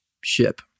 ship